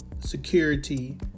security